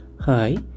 Hi